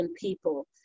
people